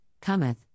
Cometh